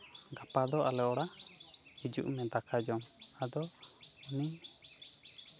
ᱜᱟᱯᱟ ᱫᱚ ᱟᱞᱮ ᱚᱲᱟᱜ ᱦᱤᱡᱩᱜ ᱢᱮ ᱫᱟᱠᱟ ᱡᱚᱢ ᱟᱫᱚ ᱩᱱᱤ